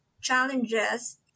challenges